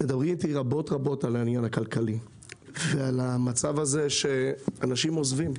מדברים איתי רבות על העניין הכלכלי ועל המצב הזה שאנשים עוזבים,